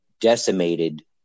decimated